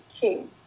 king